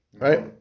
Right